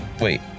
Wait